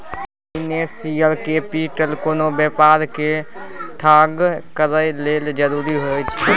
financial capital कोनो व्यापार के ठाढ़ करए लेल जरूरी होइ छइ